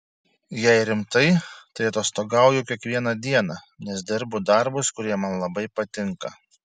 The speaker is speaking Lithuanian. jei rimtai tai atostogauju kiekvieną dieną nes dirbu darbus kurie man labai patinka